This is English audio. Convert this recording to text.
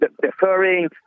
deferring